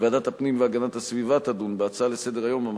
ועדת הפנים והגנת הסביבה תדון בהצעה לסדר-היום בנושא: